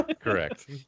correct